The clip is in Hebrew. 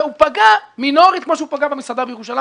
הוא פגע מינורית כמו שהוא פגע במסעדה בירושלים